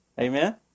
Amen